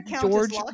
george